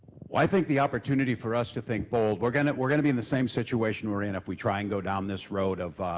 well, i think the opportunity for us to think bold. we're gonna, we're gonna be in the same situation we're in if we try to and go down this road of